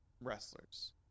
wrestlers